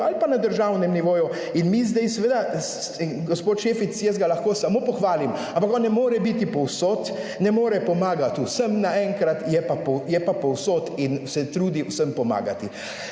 ali pa na državnem nivoju, in mi zdaj seveda, gospod Šefic, jaz ga lahko samo pohvalim, ampak on ne more biti povsod, ne more pomagati vsem naenkrat, je pa povsod in se trudi vsem pomagati,